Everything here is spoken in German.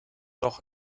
doch